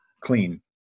Clean